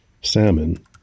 Salmon